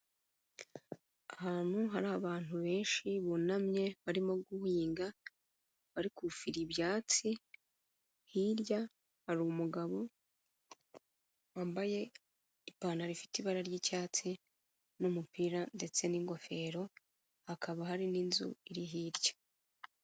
Ahantu hari abantu benshi bunamye, barimo guhinga, bari kufira ibyatsi, hirya hari umugabo wambaye ipantaro ifite ibara ry'icyatsi n'umupira ndetse n'ingofero, hakaba hari n'inzu iri hirya.